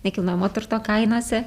nekilnojamo turto kainose